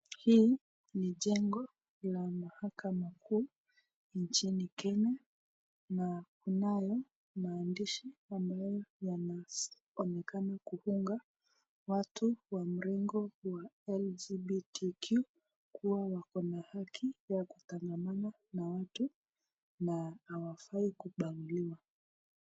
Hii ni jengo la mahakama kuu nchini kenya na kunayo maandishi ambayo yanaonekana kuunga watu wa mrengo wa LGBTQ kuwa wako na haki ya kutangamana na watu na hawafai kubaguliwa.